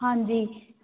ਹਾਂਜੀ